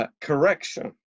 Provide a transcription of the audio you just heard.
Correction